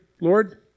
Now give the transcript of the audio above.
Lord